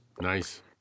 Nice